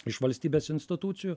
iš valstybės institucijų